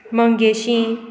Mangeshi